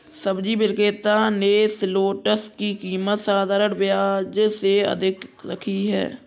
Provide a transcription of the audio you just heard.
सब्जी विक्रेता ने शलोट्स की कीमत साधारण प्याज से अधिक रखी है